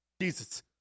Jesus